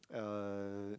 uh